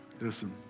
listen